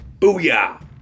Booyah